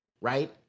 right